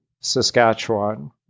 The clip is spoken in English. Saskatchewan